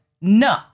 No